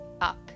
up